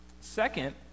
Second